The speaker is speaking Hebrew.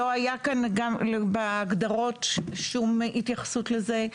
לא הייתה שום התייחסות לזה בהגדרות,